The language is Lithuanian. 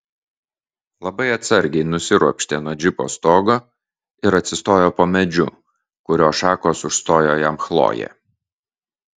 labai atsargiai nusiropštė nuo džipo stogo ir atsistojo po medžiu kurio šakos užstojo jam chlojė